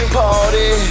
party